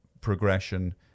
progression